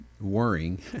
worrying